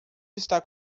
está